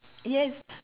yes